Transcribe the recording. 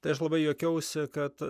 tai aš labai juokiausi kad